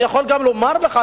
אני יכול גם לומר לך,